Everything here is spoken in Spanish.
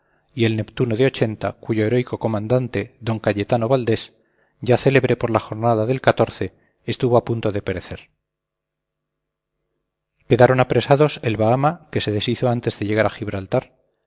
y el neptuno de cuyo heroico comandante d cayetano valdés ya célebre por la jornada del estuvo a punto de perecer quedaron apresados el bahama que se deshizo antes de llegar a gibraltar